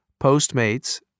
Postmates